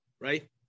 right